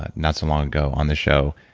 but not so long ago on this show.